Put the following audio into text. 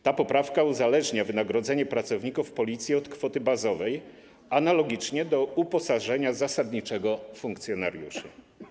Ta poprawka uzależnia wynagrodzenie pracowników Policji od kwoty bazowej, analogicznie do uposażenia zasadniczego funkcjonariuszy.